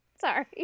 Sorry